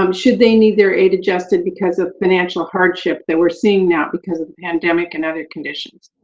um should they need their aid adjusted because of financial hardship that we're seeing now because of the pandemic and other conditions?